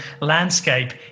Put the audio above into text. landscape